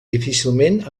difícilment